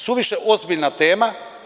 Suviše ozbiljna tema.